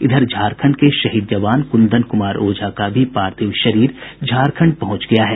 इधर झारखंड के शहीद जवान कुंदन कुमार ओझा का भी पार्थिव शरीर झारखंड भेज दिया गया है